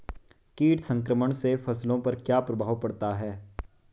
कीट संक्रमण से फसलों पर क्या प्रभाव पड़ता है?